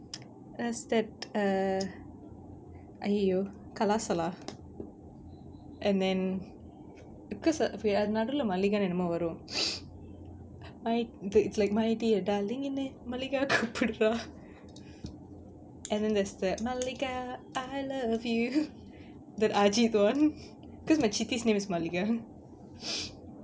it's that err !aiyo! கலா சலா:kalaa salaa and then because we நடுவுல:naduvula mallika என்னமோ வரும்:ennamo varum like it's like my dear darling உன்ன:unna mallika கூப்புடுறா:koopuduraa and then there's that mallika I love you that ajith one cause my சித்திஸ்:chithis name is mallika